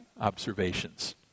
observations